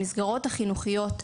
המסגרות החינוכיות,